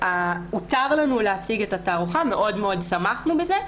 הותר לנו להציג את התערוכה, מאוד שמחנו על זה,